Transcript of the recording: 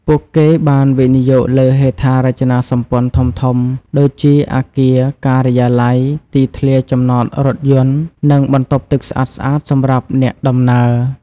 ពួកគេបានវិនិយោគលើហេដ្ឋារចនាសម្ព័ន្ធធំៗដូចជាអគារការិយាល័យ ទីធ្លាចំណតរថយន្ត និងបន្ទប់ទឹកស្អាតៗសម្រាប់អ្នកដំណើរ។